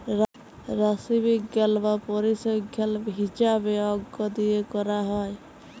রাশিবিজ্ঞাল বা পরিসংখ্যাল হিছাবে অংক দিয়ে ক্যরা হ্যয়